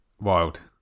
wild